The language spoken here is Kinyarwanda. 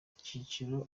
icyiciro